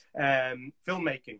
filmmaking